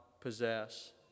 possess